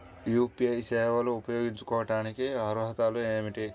UPI సేవలు ఉపయోగించుకోటానికి అర్హతలు ఏమిటీ?